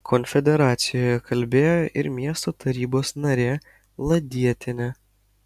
konferencijoje kalbėjo ir miesto tarybos narė ladietienė